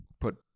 put